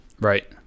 Right